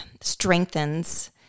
strengthens